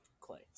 Clay